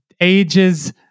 ages